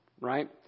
right